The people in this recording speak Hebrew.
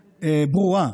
ברורה,